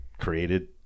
created